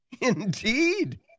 Indeed